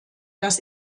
das